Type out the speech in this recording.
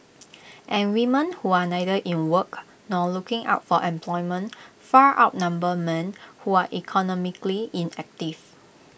and women who are neither in work nor looking out for employment far outnumber men who are economically inactive